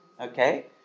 Okay